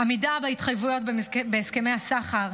עמידה בהתחייבויות בהסכמי השכר,